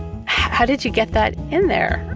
how did you get that in there?